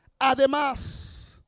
Además